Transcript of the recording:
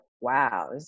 wow